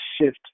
shift